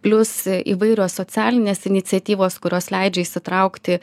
plius įvairios socialinės iniciatyvos kurios leidžia įsitraukti